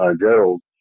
Gerald